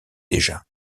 déjà